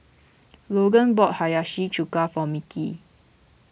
Logan bought Hiyashi Chuka for Mickie